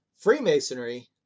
Freemasonry